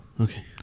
okay